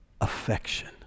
affection